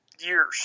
years